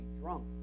drunk